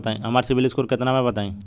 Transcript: हमार सीबील स्कोर केतना बा बताईं?